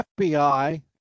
FBI